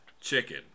chicken